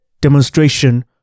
demonstration